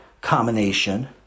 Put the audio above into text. combination